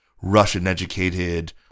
Russian-educated